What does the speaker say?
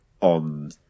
on